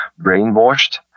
brainwashed